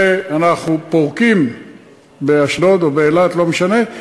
ואנחנו פורקים באשדוד או באילת, לא משנה,